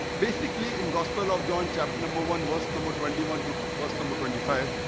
basically in gospel of john chapter number one verse number twenty one to was number twenty five.